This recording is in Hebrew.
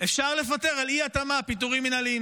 אפשר לפטר על אי-התאמה פיטורים מינהליים.